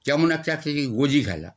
যেমন একটা আছে এই যে গোজি খেলা